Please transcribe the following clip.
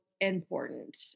important